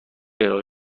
ارائه